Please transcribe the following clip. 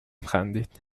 خندید